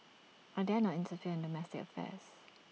I dare not interfere in the domestic affairs